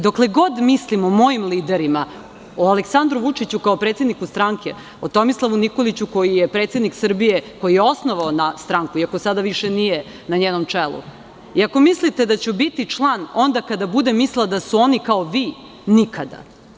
Dokle god mislim o mojim liderima, o Aleksandru Vučiću kao predsedniku stranke i o Tomislavu Nikoliću, koji je predsednik Srbije, koji je osnovao stranku, iako sada više nije na njenom čelu i ako mislite da ću biti član onda kada budem mislila da su oni kao vi, nikada.